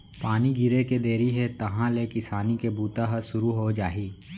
पानी गिरे के देरी हे तहॉं ले किसानी के बूता ह सुरू हो जाही